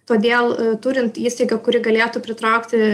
todėl turint įstaigą kuri galėtų pritraukti